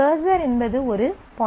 cursor என்பது ஒரு pointer